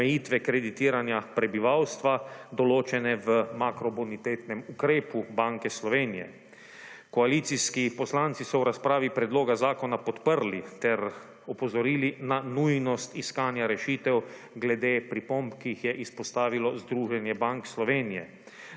omejitve kreditiranja prebivalstva določene v makrobonitentem ukrepu Banke Slovenije. Koalicijski poslanci so v razpravi predloga zakona podprli ter opozorili na nujnost iskanja rešitev glede pripomb, ki jih je izpostavilo Združenje Bank Slovenije.